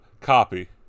copy